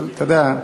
אתה יודע,